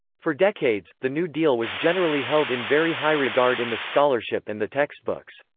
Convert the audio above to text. for decades, the new deal was generally held in very high regard in the scholarship and the textbooks.